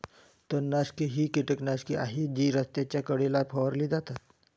तणनाशके ही कीटकनाशके आहेत जी रस्त्याच्या कडेला फवारली जातात